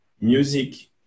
music